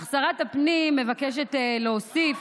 אך שרת הפנים מבקשת להוסיף,